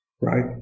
right